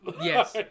Yes